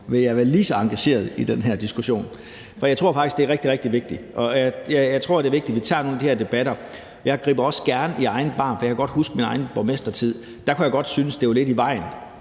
vil være lige så engageret i den her diskussion, for jeg tror faktisk, at det er rigtig, rigtig vigtigt. Jeg tror, det er vigtigt, at vi tager nogle af de her debatter. Jeg griber også gerne i egen barm, for jeg kan godt huske min egen borgmestertid. Der kunne jeg godt synes, at det var lidt i vejen,